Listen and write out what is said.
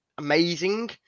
Amazing